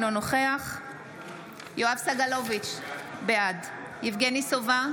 אינו נוכח יואב סגלוביץ' בעד יבגני סובה,